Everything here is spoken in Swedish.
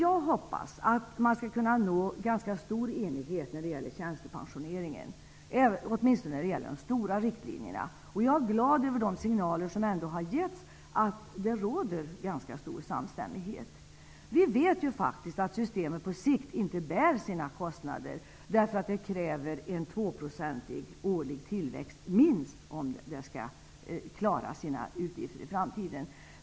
Jag hoppas att man skall kunna uppnå stor enighet när det gäller tjänstepensionen -- åtminstone när det gäller de stora riktlinjerna. Jag är glad över de signaler som har kommit fram om att det råder ganska stor samstämmighet. Vi vet ju att systemet inte bär sina kostnader på sikt på grund av att det krävs minst en 2-procentig årlig tillväxt i ekonomin för att klara utgifterna i framtiden.